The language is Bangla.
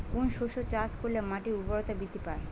কোন শস্য চাষ করলে মাটির উর্বরতা বৃদ্ধি পায়?